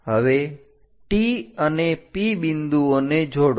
હવે T અને P બિંદુઓને જોડો